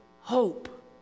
hope